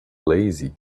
lazy